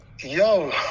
Yo